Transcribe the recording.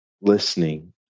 listening